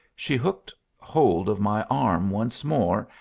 she hooked hold of my arm once more,